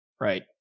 right